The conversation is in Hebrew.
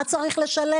מה צריך לשלם?